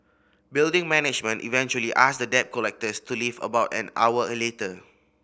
building management eventually asked the debt collectors to leave about an hour later